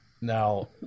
Now